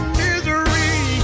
misery